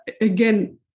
again